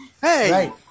Hey